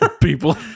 people